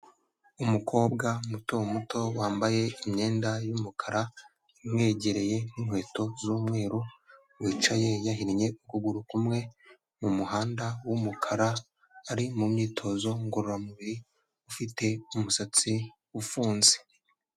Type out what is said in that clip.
Umukobwa muto muto wambaye imyenda y'umukara imwegereye n'inkweto z'umweru wicaye yahinnye ukuguru kumwe mu muhanda w'umukara ari mu myitozo ngororamubiri ufite umusatsi ufunze.